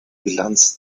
bilanz